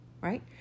right